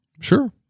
sure